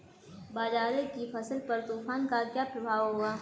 बाजरे की फसल पर तूफान का क्या प्रभाव होगा?